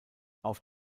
auf